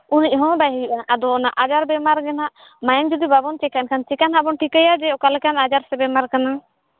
ᱩᱱᱟᱹᱜ ᱦᱚᱸ ᱵᱟᱭ ᱦᱩᱭᱩᱜᱼᱟ ᱟᱫᱚ ᱚᱱᱟ ᱟᱡᱟᱨᱼᱵᱤᱢᱟᱨ ᱜᱮ ᱱᱟᱜ ᱢᱟᱭᱟᱢ ᱡᱩᱫᱤ ᱵᱟᱵᱚᱱ ᱪᱮᱠᱟ ᱮᱱᱠᱷᱟᱱ ᱪᱮᱠᱟ ᱱᱟᱜ ᱵᱚᱱ ᱴᱷᱤᱠᱟᱹᱭᱟ ᱚᱠᱟ ᱞᱮᱠᱟᱱ ᱟᱡᱟᱨ ᱥᱮ ᱵᱤᱢᱟᱨ ᱠᱟᱱᱟ